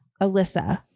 Alyssa